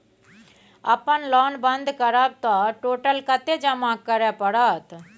अपन लोन बंद करब त टोटल कत्ते जमा करे परत?